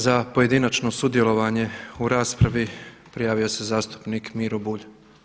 Za pojedinačno sudjelovanje u raspravi prijavio se zastupnik Miro Bulj.